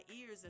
ears